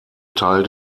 teil